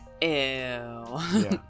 Ew